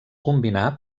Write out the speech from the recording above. combinà